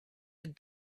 had